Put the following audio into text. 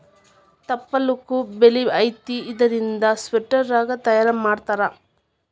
ತುಪ್ಪಳಕ್ಕು ಬೆಲಿ ಐತಿ ಇದರಿಂದ ಸ್ವೆಟರ್, ರಗ್ಗ ತಯಾರ ಮಾಡತಾರ